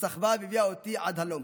שסחבה והביאה אותי עד הלום,